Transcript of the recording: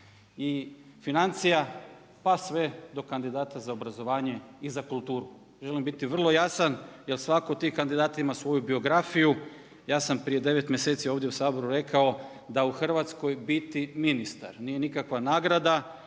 i financija pa sve do kandidata za obrazovanje i za kulturu. Želim biti vrlo jasan jer svatko od tih kandidata ima svoju biografiju. Ja sam prije 9 mjeseci ovdje u Saboru rekao da u Hrvatskoj biti ministar nije nikakva nagrada